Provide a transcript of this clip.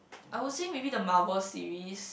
I would say maybe the Marvel series